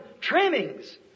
trimmings